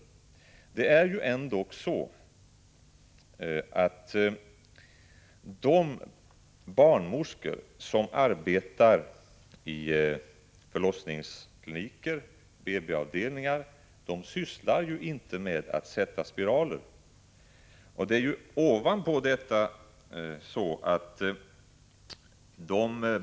De barnmorskor som arbetar i förlossningskliniker och på BB-avdelningar sysslar ju inte med att sätta spiraler.